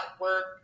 work